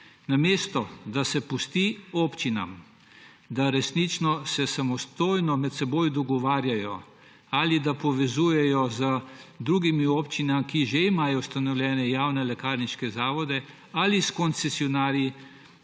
Namesto da se pusti občinam, da se resnično samostojno med seboj dogovarjajo ali povezujejo z drugimi občinami, ki že imajo ustanovljene javne lekarniške zavode, ali s koncesionarji,